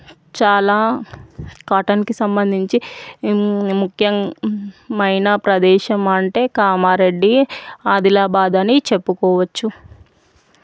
చాలా కాటన్కి సంబంధించి ముఖ్యమైన ప్రదేశం అంటే కామారెడ్డి ఆదిలాబాద్ అని చెప్పుకోవచ్చు